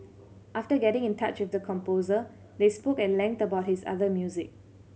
after getting in touch with the composer they spoke at length about his other music